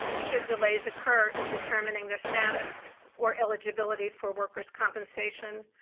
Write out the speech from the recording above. showed delays occur in determining the status or eligibility for workers compensation,